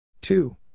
Two